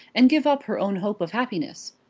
and give up her own hope of happiness.